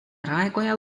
raekoja